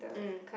mm